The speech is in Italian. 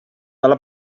dalla